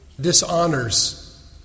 dishonors